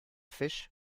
fish